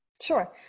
Sure